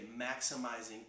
maximizing